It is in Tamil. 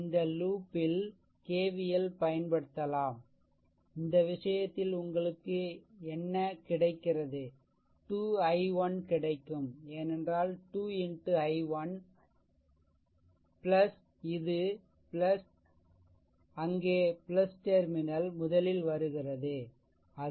இந்த லூப் ல் KVL பயன்படுத்தலாம் இந்த விஷயத்தில் உங்களுக்கு என்ன கிடைக்கிறது 2 i1 கிடைக்கும் ஏனென்றால் 2 X i1 இது அங்கே டெர்மினல் முதலில் வருகிறது அது